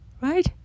Right